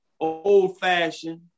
old-fashioned